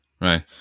right